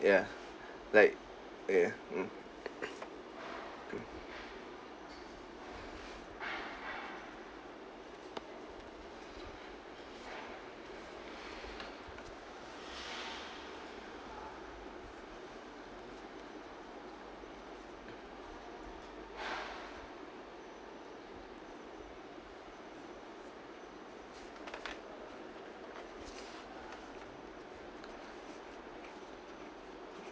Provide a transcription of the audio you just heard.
ya like yeah mm